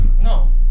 No